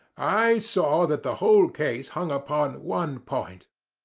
i saw that the whole case hung upon one point.